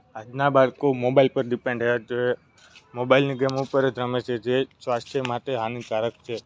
આજના બાળકો મોબાઈલ પર ડીપેન્ડ રહે જે મોબાઈલની ગેમો પર જ રમે છે જે સ્વાસ્થ્ય માટે હાનિકારક છે